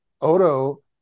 Odo